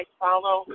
follow